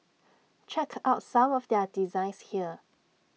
check out some of their designs here